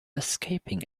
escaping